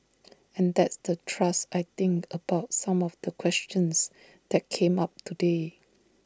and that's the thrust I think about some of the questions that came up today